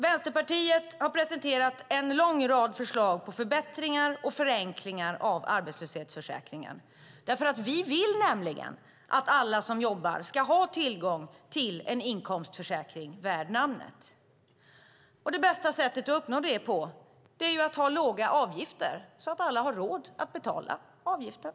Vänsterpartiet har presenterat en lång rad förslag på förbättringar och förenklingar av arbetslöshetsförsäkringen. Vi vill nämligen att alla som jobbar ska ha tillgång till en inkomstförsäkring värd namnet. Det bästa sättet att uppnå det är att ha låga avgifter, så att alla har råd att betala avgiften.